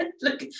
Look